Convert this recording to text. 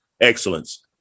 Excellence